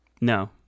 no